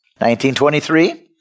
1923